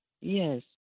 Yes